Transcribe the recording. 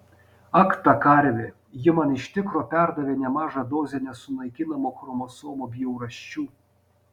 ak ta karvė ji man iš tikro perdavė nemažą dozę nesunaikinamų chromosomų bjaurasčių